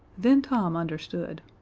then tom understood.